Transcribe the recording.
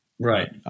Right